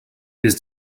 his